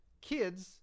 kids